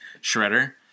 shredder